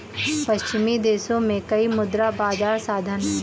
पश्चिमी देशों में कई मुद्रा बाजार साधन हैं